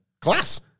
Class